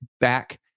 back